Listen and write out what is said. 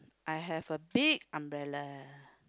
I have a big umbrella